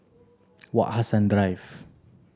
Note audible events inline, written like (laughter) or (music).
Wak Hassan (unintelligible)